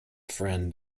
friend